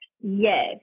Yes